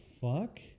fuck